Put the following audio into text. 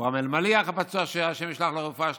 אברהם אלמליח הפצוע, ה' ישלח לו רפואה שלמה,